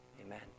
Amen